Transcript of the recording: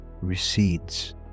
recedes